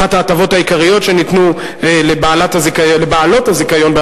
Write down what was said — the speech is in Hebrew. אחת ההטבות העיקריות שניתנו לבעלות הזיכיון הקיימות